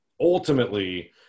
ultimately